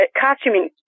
costuming